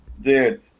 Dude